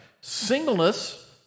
Singleness